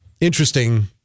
interesting